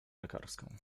lekarską